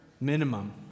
minimum